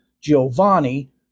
Giovanni